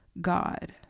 God